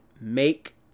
make